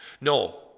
No